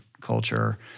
culture